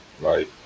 Right